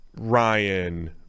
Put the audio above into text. ryan